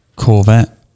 corvette